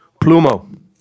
Plumo